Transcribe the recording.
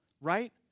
Right